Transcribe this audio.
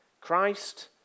Christ